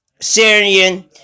Syrian